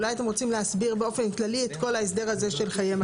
אולי אתם רוצים להסביר באופן כללי את כל ההסדר הזה של חיי מדף.